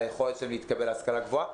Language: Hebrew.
על היכולת שלהם להתקבל להשכלה גבוהה.